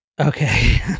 Okay